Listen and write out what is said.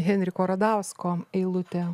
henriko radausko eilutė